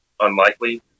unlikely